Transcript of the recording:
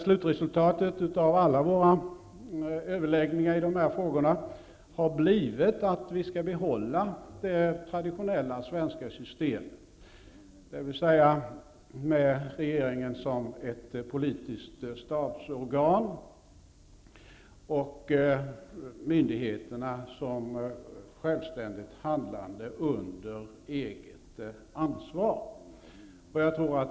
Slutresultatet av våra överläggningar när det gäller dessa frågor har blivit att det traditionella svenska systemet skall behållas, dvs. med regeringen som ett politiskt statsorgan och myndigheterna som självständigt handlande under eget ansvar.